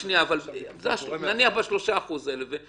נניח ב-3% האחוזים האלה.